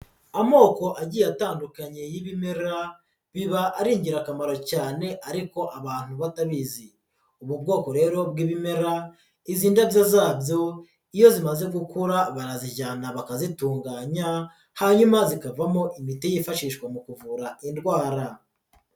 Amoko agiye atandukanye y'ibimera biba ari ingirakamaro cyane ariko abantu batabizi ubu bwoko rero bw'ibimera izi ndabyo zabyo iyo zimaze gukura barazijyana bakazitunganya hanyuma zikavamo imiti yifashishwa mu kuvura indwara.